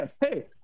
Hey